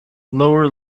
lower